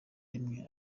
rimwe